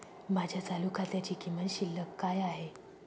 माझ्या चालू खात्याची किमान शिल्लक काय आहे?